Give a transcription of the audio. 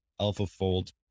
AlphaFold